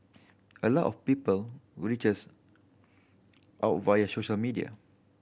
a lot of people reach us out via social media